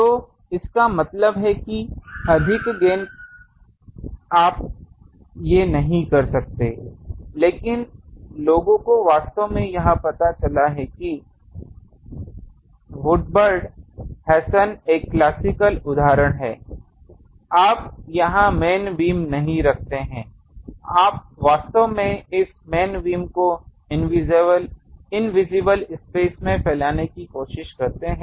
तो इसका मतलब है कि अधिक गेन आप ये नहीं कर सकते हैं लेकिन लोगों को वास्तव में यह पता चला है कि है वुडवर्ड हेंसन एक क्लासिकल उदाहरण है आप यहां मेन बीम नहीं रखते हैं आप वास्तव में इस मेन बीम को इनविजिबल स्पेस में फैलाने की कोशिश करते हैं